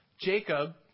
Jacob